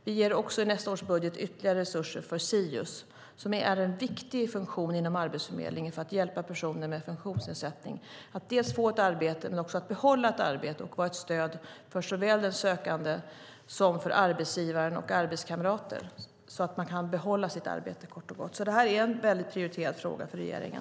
Vi ger också i nästa års budget ytterligare resurser för SIUS, som är en viktig funktion inom Arbetsförmedlingen för att hjälpa personer med funktionsnedsättning att få ett arbete, behålla ett arbete och också vara ett stöd såväl för den sökande som för arbetsgivare och arbetskamrater så att människor kort och gott kan behålla sitt arbete. Det är en väldigt prioriterad fråga för regeringen.